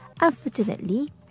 Unfortunately